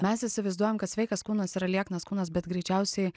mes įsivaizduojam kad sveikas kūnas yra lieknas kūnas bet greičiausiai